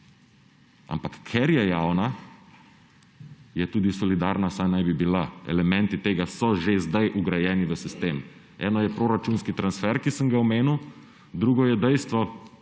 Ampak ker je javna, je tudi solidarna. Vsaj naj bi bila, elementi tega so že zdaj vgrajeni v sistem. Eno je proračunski transfer, ki sem ga omenil, drugo je dejstvo,